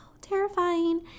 terrifying